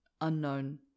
unknown